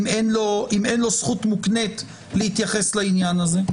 אם אין לו זכות מוקנית להתייחס לעניין הזה?